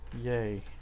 Yay